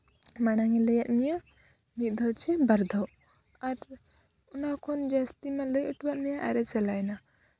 ᱢᱟᱲᱟᱝ ᱮ ᱞᱟᱹᱭ ᱟᱜ ᱢᱮᱭᱟ ᱢᱤᱫ ᱫᱷᱟᱣ ᱪᱟᱹ ᱵᱟᱨ ᱫᱷᱟᱹᱣ ᱟᱨ ᱚᱱᱟ ᱠᱷᱚᱱ ᱡᱟᱹᱥᱛᱤ ᱢᱟ ᱞᱟᱹᱭ ᱦᱚᱴᱚᱣᱟᱜ ᱢᱮᱭᱟ ᱟᱨᱮ ᱪᱟᱞᱟᱣ ᱮᱱᱟ